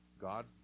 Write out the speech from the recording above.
God